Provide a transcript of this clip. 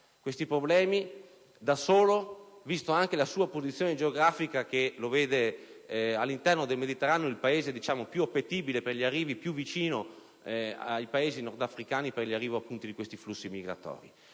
questi problemi da solo, considerata anche la sua posizione geografica che lo vede, all'interno del Mediterraneo, il Paese più appetibile per gli arrivi, più vicino ai Paesi nordafricani per l'arrivo appunto di questi flussi migratori.